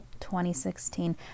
2016